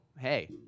Hey